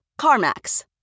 CarMax